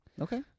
Okay